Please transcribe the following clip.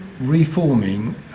reforming